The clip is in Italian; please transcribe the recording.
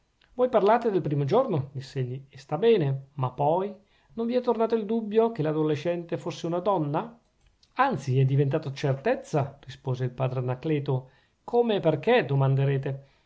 voi parlate del primo giorno diss'egli e sta bene ma poi non vi è tornato il dubbio che l'adolescente fosse una donna anzi è diventato certezza rispose il padre anacleto come e perchè domanderete